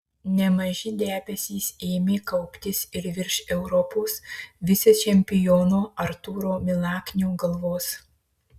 nemaži debesys ėmė kauptis ir virš europos vicečempiono artūro milaknio galvos